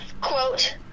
Quote